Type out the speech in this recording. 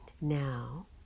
Now